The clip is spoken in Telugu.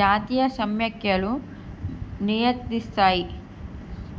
జాతీయ సమాఖ్యలు నియంత్రిస్తాయి